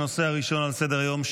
הנושא הראשון על סדר-היום,